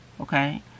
Okay